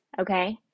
okay